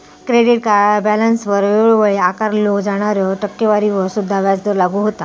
credit card बॅलन्सवर वेळोवेळी आकारल्यो जाणाऱ्या टक्केवारीवर सुद्धा व्याजदर लागू होता